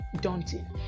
daunting